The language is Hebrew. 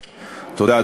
תודה.